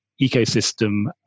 ecosystem